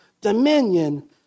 dominion